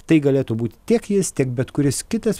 tai galėtų būti tiek jis tiek bet kuris kitas